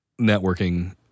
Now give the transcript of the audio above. networking